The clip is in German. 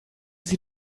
sie